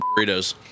burritos